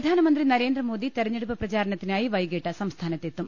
പ്രധാനമന്ത്രി നരേന്ദ്രമോദി തിരഞ്ഞെടുപ്പ് പ്രചാരണത്തിനായി വൈകിട്ട് സംസ്ഥാനത്തെത്തും